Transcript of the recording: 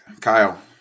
Kyle